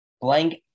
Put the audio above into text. blank